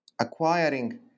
acquiring